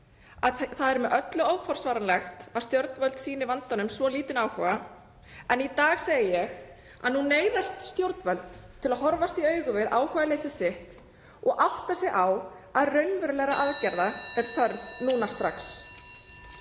það er með öllu óforsvaranlegt að stjórnvöld sýni vandanum svo lítinn áhuga en í dag segi ég að nú neyðast stjórnvöld til að horfast í augu við áhugaleysi sitt og átta sig á að raunverulegra aðgerða er þörf núna strax.